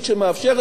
לשרוד,